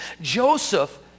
Joseph